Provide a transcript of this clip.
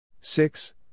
Six